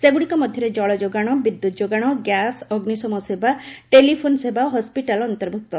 ସେଗ୍ରଡିକ ମଧ୍ୟରେ ଜଳଯୋଗାଣ ବିଦ୍ୟୁତ୍ ଯୋଗାଣ ଗ୍ୟାସ୍ ଅଗ୍ନିଶମ ସେବା ଟେଲିଫୋନ୍ ସେବା ଓ ହସ୍କିଟାଲ୍ ଅନ୍ତର୍ଭୁକ୍ତ